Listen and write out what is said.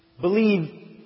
Believe